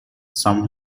some